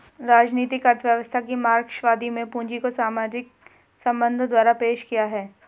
राजनीतिक अर्थव्यवस्था की मार्क्सवादी में पूंजी को सामाजिक संबंधों द्वारा पेश किया है